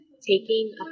taking